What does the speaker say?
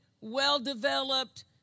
well-developed